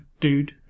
dude